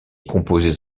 composés